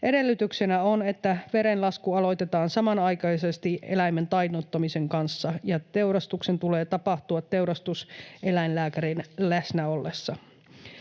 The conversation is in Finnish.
Edellytyksenä on, että verenlasku aloitetaan samanaikaisesti eläimen tainnuttamisen kanssa, ja teurastuksen tulee tapahtua teurastuseläinlääkärin läsnä ollessa.